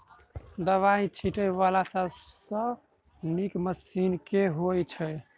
दवाई छीटै वला सबसँ नीक मशीन केँ होइ छै?